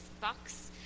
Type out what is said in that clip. Buck's